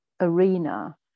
arena